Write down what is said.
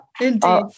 Indeed